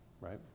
right